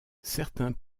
certains